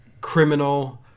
criminal